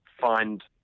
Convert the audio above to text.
find